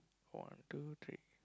one two three